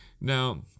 Now